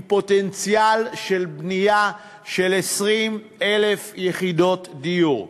פוטנציאל של בנייה של 20,000 יחידות דיור.